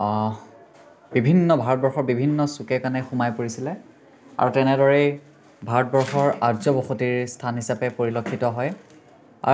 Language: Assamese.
বিভিন্ন ভাৰতবৰ্ষৰ বিভিন্ন চোকে কাণে সোমাই পৰিছিলে আৰু তেনেদৰেই ভাৰতবৰ্ষৰ আৰ্য বসতিৰ স্থান হিচাপে পৰিলক্ষিত হয়